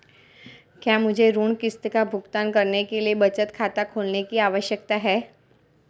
क्या मुझे ऋण किश्त का भुगतान करने के लिए बचत खाता खोलने की आवश्यकता है?